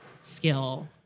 skill